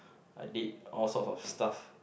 I did all sorts of stuff